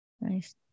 Nice